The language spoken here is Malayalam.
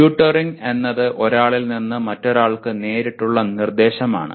ട്യൂട്ടോറിംഗ് എന്നത് ഒരാളിൽ നിന്ന് മറ്റൊരാൾക്ക് നേരിട്ടുള്ള നിർദ്ദേശമാണ്